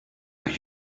are